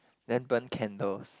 then burn candles